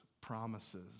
promises